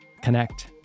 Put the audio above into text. connect